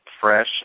fresh